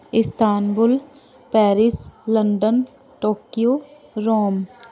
Istanbul Paris London Tokyo Rome